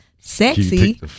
sexy